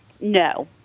No